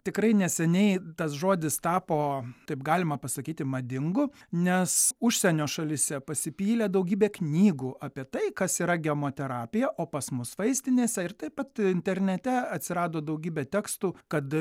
tikrai neseniai tas žodis tapo taip galima pasakyti madingu nes užsienio šalyse pasipylė daugybė knygų apie tai kas yra gemo terapija o pas mus vaistinėse ir taip pat internete atsirado daugybė tekstų kad